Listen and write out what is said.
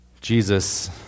Jesus